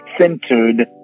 centered